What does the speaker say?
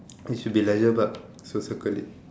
it should be leisure park so circle it